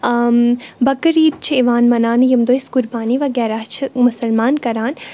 بَکر عیٖد چھِ یِوان مَناونہٕ ییٚمہِ دۄہ أسۍ قُربانی وغیرہ چھِ مُسلمان کَران